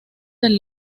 del